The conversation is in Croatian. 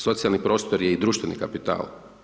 Socijalni prostor je i društveni kapital.